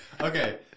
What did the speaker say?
Okay